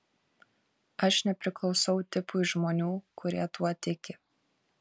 aš nepriklausau tipui žmonių kurie tuo tiki